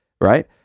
right